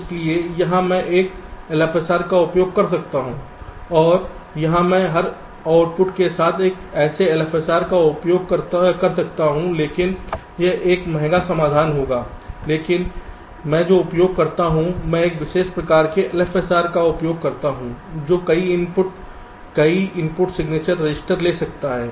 इसलिए यहां मैं एक LFSR का उपयोग कर सकता हूं और यहां मैं हर आउटपुट के साथ एक ऐसे LFSR का उपयोग कर सकता हूं लेकिन यह एक महंगा समाधान होगा लेकिन मैं जो उपयोग करता हूं मैं एक विशेष प्रकार के LFSR का उपयोग करता हूं जो कई इनपुट कई इनपुट सिग्नेचर रजिस्टर ले सकता है